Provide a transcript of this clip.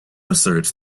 asserts